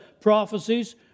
prophecies